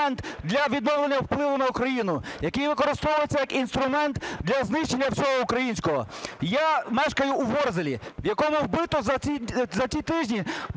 для відновлення впливу на Україну, який використовується як інструмент для знищення всього українського. Я мешкаю у Ворзелі, в якому вбито за ці тижні